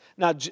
Now